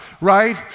right